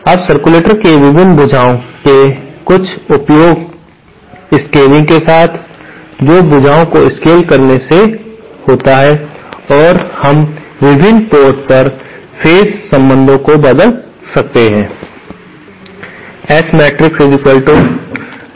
अब सर्कुलेटर्स के विभिन्न भुजाओ के कुछ उपयुक्त स्केलिंग के साथ जो भुजाओ को स्केल करने से होता है और हम विभिन्न पोर्ट पर फेज संबंधों को बदल सकते हैं